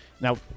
Now